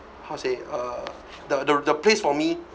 how to say uh the the place for me